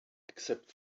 except